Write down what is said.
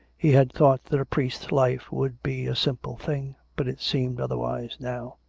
he had thought that a priest's life would be a simple thing, but it seemed otherwise now.